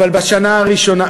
אבל בשנה הראשונה,